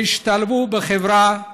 שהשתלבו בחברה,